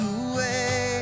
away